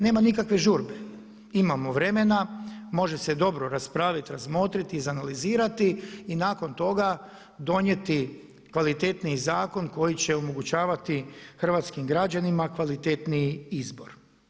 Nema nikakve žurbe, imamo vremena, može se dobro raspraviti, razmotriti izanalizirati i nakon toga donijeti kvalitetniji zakon koji će omogućavati hrvatskim građanima kvalitetniji izbor.